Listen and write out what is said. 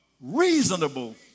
reasonable